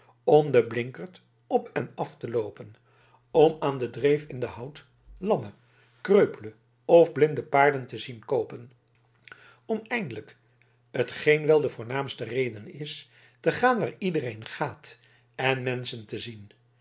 om den blinkert op en af te loopen om aan de dreef in den hout lamme kreupele of blinde paarden te zien koopen om eindelijk t geen wel de voornaamste reden is te gaan waar iedereen gaat en menschen te zien